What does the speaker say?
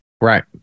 Right